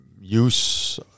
use